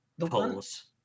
polls